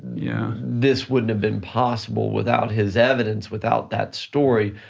yeah. this wouldn't have been possible without his evidence, without that story,